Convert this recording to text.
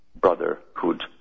brotherhood